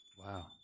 Wow